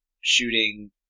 shooting